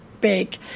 big